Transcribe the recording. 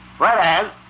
Whereas